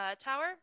Tower